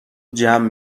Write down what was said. جمع